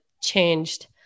changed